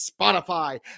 Spotify